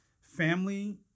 family